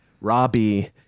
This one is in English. Robbie